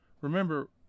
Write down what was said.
Remember